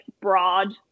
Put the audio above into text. broad